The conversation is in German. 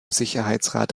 sicherheitsrat